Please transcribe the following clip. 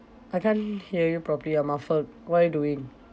I can't hear you properly you're muffled what are you doing